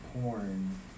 porn